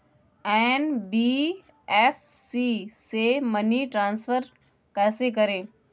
NBFC से money transfer कैसे करें?